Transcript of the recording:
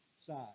side